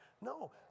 No